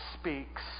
speaks